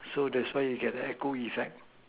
so that's why you get the echo effect